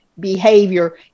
Behavior